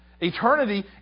Eternity